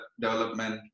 development